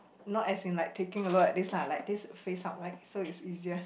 not as in like taking a lot this are like this face up like so it's easier